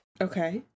Okay